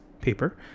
paper